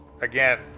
again